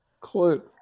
clue